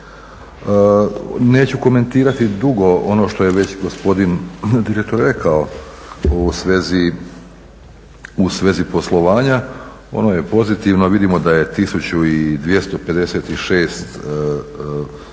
Neću komentirati dugo ono što je već gospodin direktor rekao u svezi poslovanja, ono je pozitivno. Vidimo da je 1256 odobreno